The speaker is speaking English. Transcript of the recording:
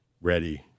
ready